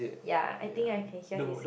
ya I think I can hear his